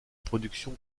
production